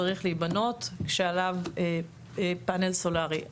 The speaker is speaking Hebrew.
מבנה צריך להיבנות כשיש עליו פאנל סולרי.